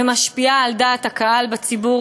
ומשפיעה על דעת הקהל בציבור,